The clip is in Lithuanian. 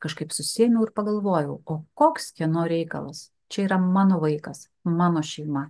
kažkaip susiėmiau ir pagalvojau o koks kieno reikalas čia yra mano vaikas mano šeima